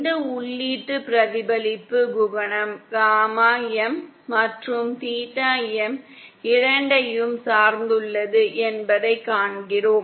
இந்த உள்ளீட்டு பிரதிபலிப்பு குணகம் காமா M மற்றும் தீட்டா M இரண்டையும் சார்ந்துள்ளது என்பதைக் காண்கிறோம்